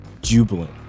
jubilant